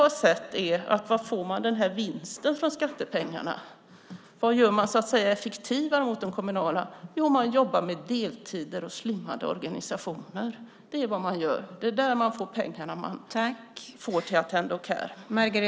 Hur får man den här vinsten från skattepengarna? Vad gör man så att säga effektivare gentemot det kommunala? Jo, det jag har sett är att man jobbar med deltider och slimmade organisationer. Det är vad man gör. Det är där man får pengarna till Attendo Care.